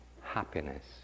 happiness